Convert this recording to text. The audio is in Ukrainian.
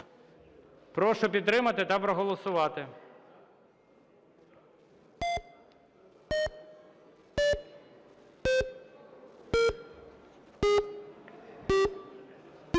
Прошу підтримати та проголосувати.